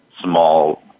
small